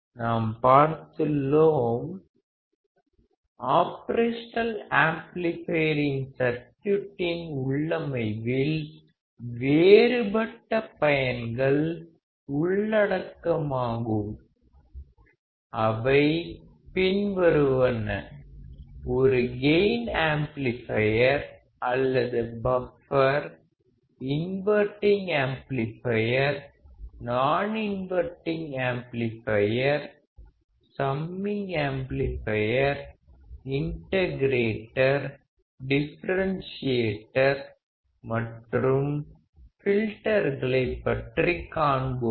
நாம் பார்த்துள்ளோம் ஆப்ரேஷனல் ஆம்ப்ளிபையரின் சர்க்யூட்டின் உள்ளமைவில் வேறுபட்ட பயன்கள் உள்ளடக்கமாகும் அவை பின்வருவன ஒரு கெயின் ஆம்ப்ளிபையர் அல்லது buffer inverting amplifier non inverting amplifier summing amplifier integrator differentiator மற்றும் ஃபில்டர்களைப் பற்றி காண்போம்